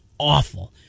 Awful